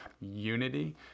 unity